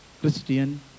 Christian